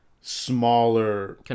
smaller